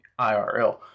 IRL